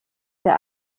der